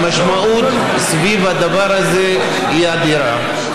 המשמעות סביב הדבר הזה היא אדירה.